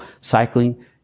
cycling